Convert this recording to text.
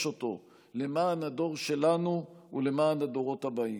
אותו למען הדור שלנו ולמען הדורות הבאים.